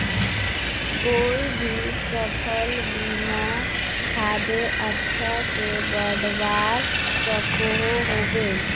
कोई भी सफल बिना खादेर अच्छा से बढ़वार सकोहो होबे?